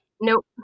nope